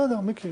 מיקי,